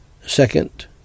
Second